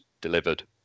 delivered